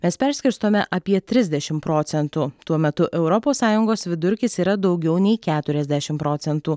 mes perskirstome apie trisdešim procentų tuo metu europos sąjungos vidurkis yra daugiau nei keturiasdešim procentų